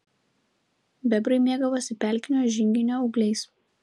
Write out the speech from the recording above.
bebrai mėgavosi pelkinio žinginio ūgliais